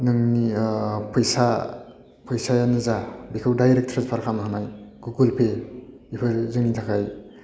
नोंनि फैसायानो जा बेखौ दायरेक्ट ट्रेन्सफार खालामनो हायो गुगोल पे बेफोरो जोंनि थाखाय